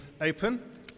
open